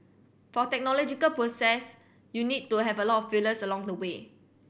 for technological process you need to have a lot of failures along the way